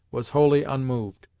was wholly unmoved,